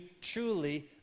truly